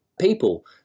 people